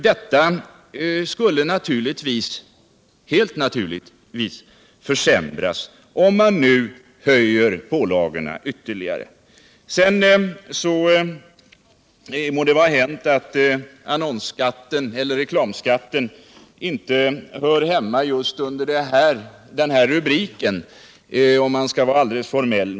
Detta skulle helt naturligt försämras om man höjer pålagorna ytterligare. Det må vara hänt att reklamskatten inte hör hemma under just den här rubriken, om man skall vara alldeles formell.